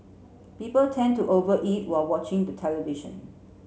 people tend to over eat while watching the television